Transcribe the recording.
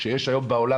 כשיש היום בעולם